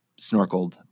snorkeled